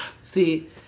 See